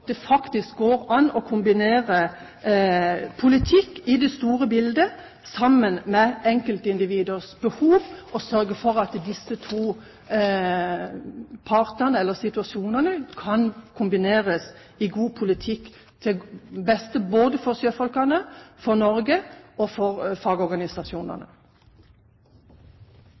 det faktisk går an å kombinere politikk i det store bildet med enkeltindividers behov, og sørger for at disse to tingene kombineres på en god måte – til beste både for sjøfolkene, for Norge og for fagorganisasjonene.